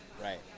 Right